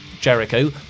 Jericho